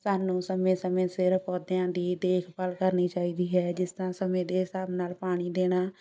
ਸਾਨੂੰ ਸਮੇਂ ਸਮੇਂ ਸਿਰ ਪੌਦਿਆਂ ਦੀ ਦੇਖਭਾਲ ਕਰਨੀ ਚਾਹੀਦੀ ਹੈ ਜਿਸ ਤਰ੍ਹਾਂ ਸਮੇਂ ਦੇ ਹਿਸਾਬ ਨਾਲ ਪਾਣੀ ਦੇਣਾ